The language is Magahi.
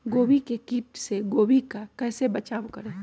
गोभी के किट से गोभी का कैसे बचाव करें?